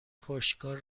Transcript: پشتکار